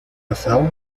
nassau